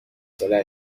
ساله